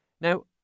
Now